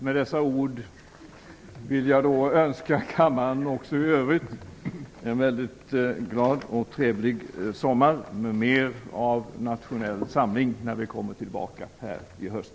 Med dessa ord vill jag önska kammaren i övrigt en väldigt glad och trevlig sommar och mer av nationell samling när vi kommer tillbaka i höst.